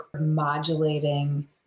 modulating